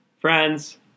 friends –